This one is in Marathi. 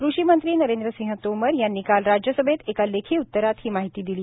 कृषीमंत्री नरेंद्रसिंह तोमर यांनी काल राज्यसभेत एका लेखी उत्तरात ही माहिती दिली